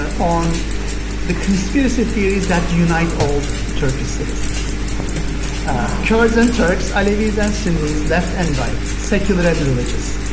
ah on the conspiracy theories that unite all turkish citizens kurds and turks, alevis and sunnis, left and right, secular and religious,